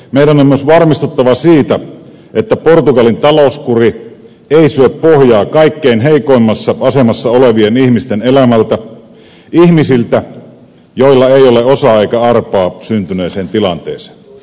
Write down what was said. meidän on myös varmistuttava siitä että portugalin talouskuri ei syö pohjaa kaikkein heikoimmassa asemassa olevien ihmisten elämältä ihmisiltä joilla ei ole osaa eikä arpaa syntyneeseen tilanteeseen